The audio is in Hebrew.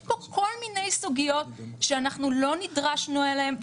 יש פה כל מיני סוגיות שלא נדרשנו אליהן.